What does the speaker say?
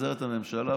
מתפזרת הממשלה,